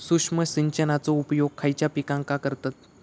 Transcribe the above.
सूक्ष्म सिंचनाचो उपयोग खयच्या पिकांका करतत?